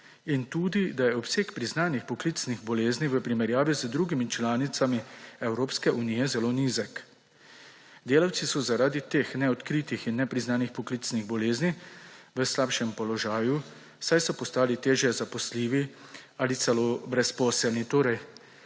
in tudi, da je obseg priznanih poklicnih bolezni v primerjavi z drugimi članicami Evropske unije zelo nizek. Delavci so zaradi teh neodkritih in nepriznanih poklicnih bolezni v slabšem položaju, saj so postali težje zaposljivi ali celo brezposelni.